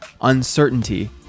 uncertainty